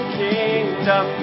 kingdom